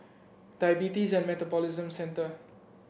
Diabetes and Metabolism Centre